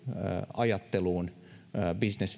ajatteluun business